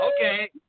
Okay